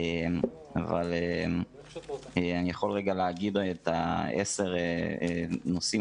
אבל כמובן אני יכול להגיד את עשרה הנושאים